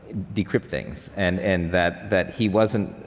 decrypt things. and and that that he wasn't,